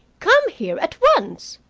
come here at once.